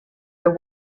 are